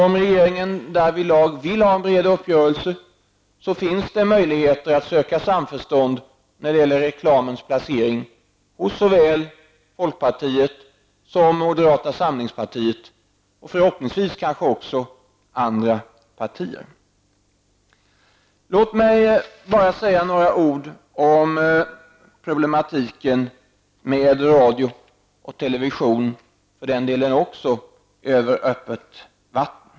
Om regeringen vill få till stånd en bred uppgörelse, finns det i fråga om reklamens placering möjlighet att söka samförstånd med såväl folkpartiet som moderata samlingspartiet samt förhoppningsvis också andra partier. Låt mig slutligen säga några ord om problematiken med radio, och för den delen också TV, över öppet vatten.